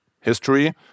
history